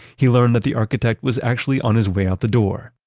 he learned that the architect was actually on his way out the door.